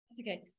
okay